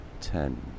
ten